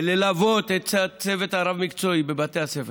וללוות את הצוות הרב-מקצועי בבתי הספר.